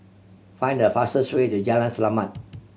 find the fastest way to Jalan Selamat